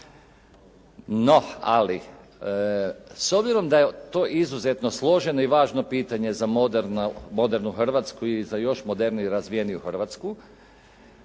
No ali s obzirom da je to izuzetno složeno i važno pitanje za modernu Hrvatsku i za još moderniju i razvijeniju Hrvatsku